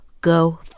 go